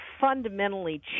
fundamentally